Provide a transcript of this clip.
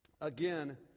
Again